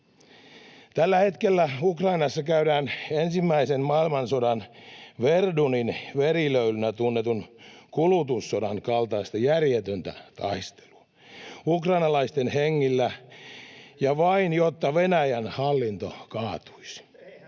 Tällä hetkellä Ukrainassa käydään ensimmäisen maailmansodan Verdunin verilöylynä tunnetun kulutussodan kaltaista järjetöntä taistelua ukrainalaisten hengillä, ja vain, jotta Venäjän hallinto kaatuisi.